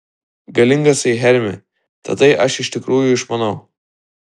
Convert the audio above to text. galingasai hermi tatai aš iš tikrųjų išmanau